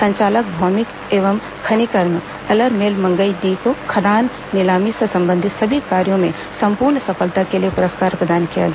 संचालक भौमिकी एवं खनिकर्म अलरमेल मंगई डी को खदान नीलामी से संबंधित सभी कार्यों में सम्पूर्ण सफलता के लिए पुरस्कार प्रदान किया गया